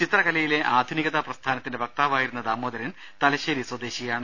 ചിത്രകലയിലെ ആധുനികതാ പ്രസ്ഥാനത്തിന്റെ വക്താവായിരുന്ന ദാമോദരൻ തലശേരി സ്വദേശിയാണ്